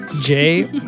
Jay